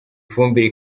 fumbire